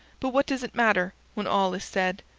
but what does it matter, when all is said?